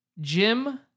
Jim